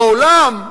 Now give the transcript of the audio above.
העולם,